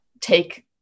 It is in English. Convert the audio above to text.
take